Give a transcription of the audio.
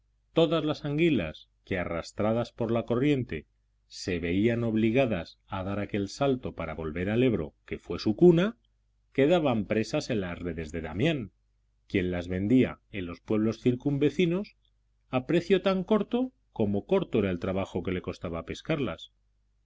todas las anguilas que arrastradas por la corriente se veían obligadas a dar aquel salto para volver al ebro que fue su cuna quedaban presas en las redes de damián quien las vendía en los pueblos circunvecinos a precio tan corto como corto era el trabajo que le costaba pescarlas y